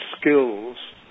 skills